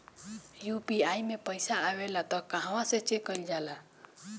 UPI मे पइसा आबेला त कहवा से चेक कईल जाला?